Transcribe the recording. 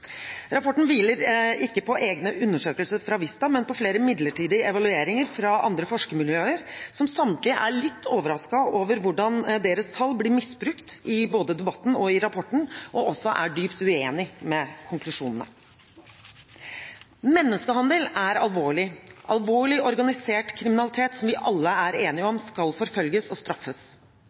Rapporten hviler ikke på egne undersøkelser fra Vista, men på flere midlertidige evalueringer fra andre forskermiljøer, som samtlige er litt overrasket over hvordan deres tall blir misbrukt både i debatten og i rapporten, og som også er dypt uenig i konklusjonene. Menneskehandel er alvorlig – alvorlig, organisert kriminalitet som vi alle er enige om skal forfølges og straffes.